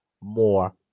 more